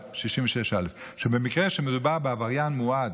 66א, שבמקרה שמדובר בעבריין מועד,